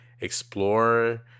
explore